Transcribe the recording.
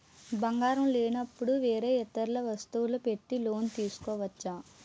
బంగారం లేనపుడు వేరే ఇతర వస్తువులు పెట్టి లోన్ తీసుకోవచ్చా?